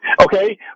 Okay